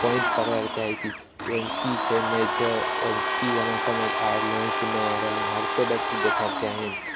point पकड़ैके चाही कि ओहिमे की छै नहि छै ओ कि हमरा समझिमे आ रहलै कि नहि आ रहलै हर केओ व्यक्ति देखैके चाही